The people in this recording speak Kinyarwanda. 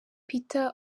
peter